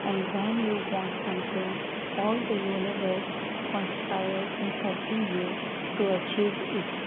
and when you want something all the universe conspires in helping you to achieve it